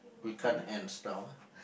we can't